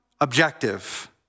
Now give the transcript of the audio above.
objective